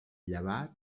llevat